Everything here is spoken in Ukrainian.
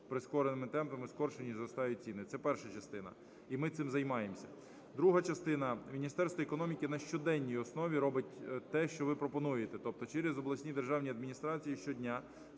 прискореними темпами, скоріше ніж зростають ціни. Це перша частина, і ми цим займаємося. Друга частина. Міністерство економіки на щоденній основі робить те, що ви пропонуєте. Тобто через обласні державні адміністрації щодня